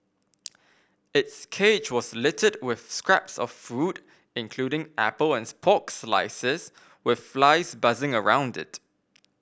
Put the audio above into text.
its cage was littered with scraps of food including apple and slices with flies buzzing around it